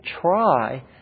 try